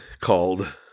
called